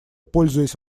пользуясь